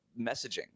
messaging